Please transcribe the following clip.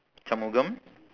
shanmugam